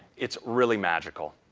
it's really magical.